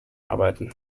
arbeiten